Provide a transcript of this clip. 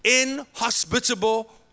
inhospitable